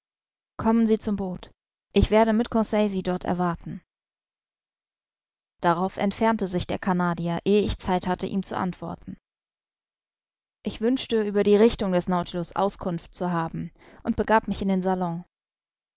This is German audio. kommen sie zum boot ich werde mit conseil sie dort erwarten darauf entfernte sich der canadier ehe ich zeit hatte ihm zu antworten ich wünschte über die richtung des nautilus auskunft zu haben und begab mich in den salon